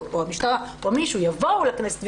או המשטרה או מישהו יבואו לכנסת וגידו: